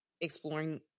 exploring